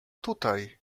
tutaj